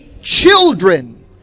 children